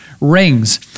rings